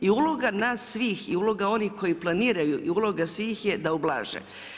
I uloga nas svih i uloga onih koji planiraju i uloga svi je da ublaže.